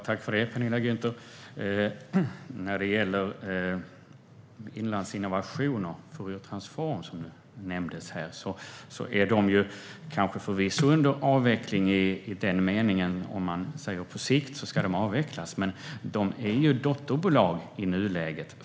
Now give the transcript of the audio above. Herr talman! När det gäller Inlandsinnovation och Fouriertransform, som nämndes här, är de kanske under avveckling i den meningen att de på sikt ska avvecklas. Men i nuläget är de dotterbolag till Saminvest.